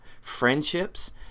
friendships